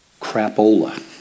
crapola